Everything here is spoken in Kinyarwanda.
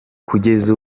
kugeza